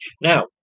now